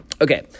Okay